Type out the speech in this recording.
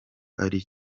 ari